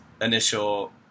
initial